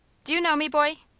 do you know me, boy?